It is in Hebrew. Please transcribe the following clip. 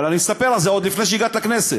אבל אני אספר לך, זה עוד לפני שהגעת לכנסת.